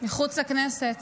מחוץ לכנסת,